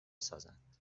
سازند